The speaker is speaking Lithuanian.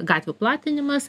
gatvių platinimas